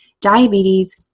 diabetes